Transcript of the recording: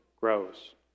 grows